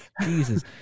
Jesus